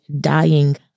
dying